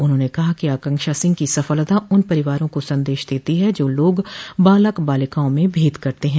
उन्होंने कहा कि आकांक्षा सिंह की सफलता उन परिवारों को संदेश देती है जो लोग बालक बालिकाओं में भेद करते हैं